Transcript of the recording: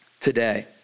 today